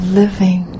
living